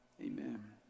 amen